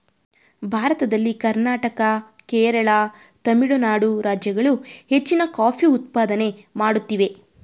ಭಾರತದಲ್ಲಿ ಕರ್ನಾಟಕ, ಕೇರಳ, ತಮಿಳುನಾಡು ರಾಜ್ಯಗಳು ಹೆಚ್ಚಿನ ಕಾಫಿ ಉತ್ಪಾದನೆ ಮಾಡುತ್ತಿವೆ